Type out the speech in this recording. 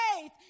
faith